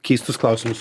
keistus klausimus